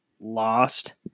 lost